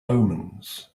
omens